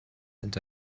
and